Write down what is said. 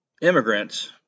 immigrants